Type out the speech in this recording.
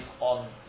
on